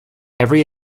every